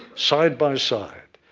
side-by-side,